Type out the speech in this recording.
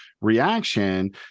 reaction